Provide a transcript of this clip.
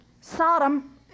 Sodom